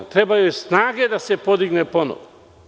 Treba joj snage da se podigne ponovo.